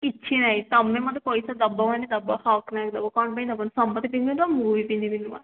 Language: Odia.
କିଛି ନାହିଁ ତୁମେ ମୋତେ ପଇସା ଦେବ ମାନେ ଦେବ ହକ ନାହିଁ ଦେବ କ'ଣ ପାଇଁ ଦେବନି ସମସ୍ତେ ପିନ୍ଧିବେ ତ ମୁଁ ବି ପିନ୍ଧିବି ନୂଆ